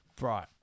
Right